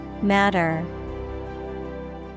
Matter